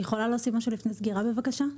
אני יכולה להוסיף משהו לפני סגירה, בבקשה?